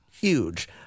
huge